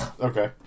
Okay